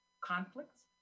conflicts